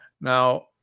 now